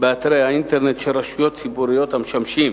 באתרי האינטרנט של רשויות ציבוריות, המשמשים